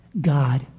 God